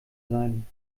sein